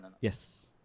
yes